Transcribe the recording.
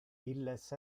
illes